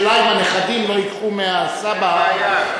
השאלה היא האם הנכדים לא ייקחו מהסבא, זו בעיה.